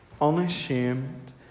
unashamed